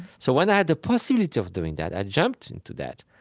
so when i had the possibility of doing that, i jumped into that,